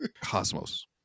Cosmos